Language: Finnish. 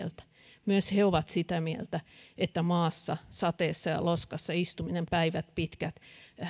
samaa mieltä myös he ovat sitä mieltä että maassa sateessa ja loskassa istuminen päivät pitkät